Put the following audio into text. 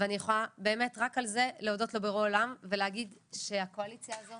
ואני יכולה באמת רק על זה להודות לבורא עולם ולהגיד שהקואליציה הזאת